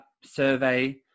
survey